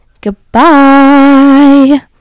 goodbye